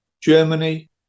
Germany